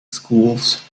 schools